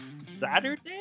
Saturday